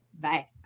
Bye